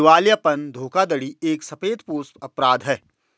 दिवालियापन धोखाधड़ी एक सफेदपोश अपराध है